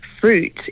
fruit